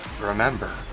Remember